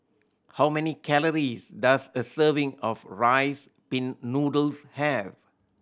how many calories does a serving of Rice Pin Noodles have